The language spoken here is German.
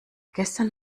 gestern